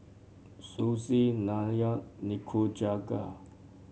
Sushi Naan Nikujaga